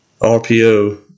RPO –